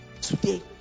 today